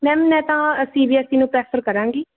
ma'am ਮੈਂ ਤਾਂ C B S E ਨੂੰ ਪ੍ਰੈਫਰ ਕਰਾਂਗੀ